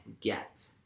get